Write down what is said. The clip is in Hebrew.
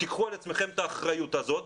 קחו על עצמכם את האחריות הזאת,